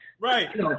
Right